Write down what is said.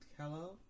Hello